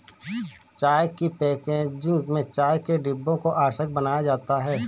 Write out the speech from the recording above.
चाय की पैकेजिंग में चाय के डिब्बों को आकर्षक बनाया जाता है